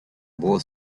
both